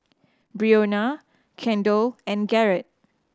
Breonna Kendell and Garett